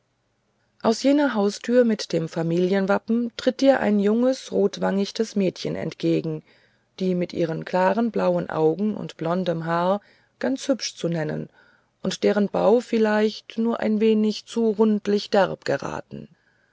aus jener haustür mit dem familienwappen tritt dir ein junges rotwangichtes mädchen entgegen die mit ihren klaren blauen augen und blondem haar ganz hübsch zu nennen und deren bau vielleicht nur ein wenig zu rundlich derb geraten